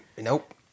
Nope